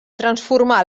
transformar